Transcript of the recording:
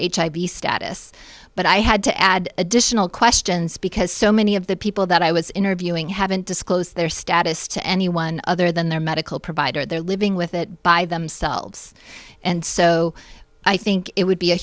hiv status but i had to add additional questions because so many of the people that i was interviewing haven't disclosed their status to anyone other than their medical provider they're living with it by themselves and so i think it would be a